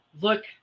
look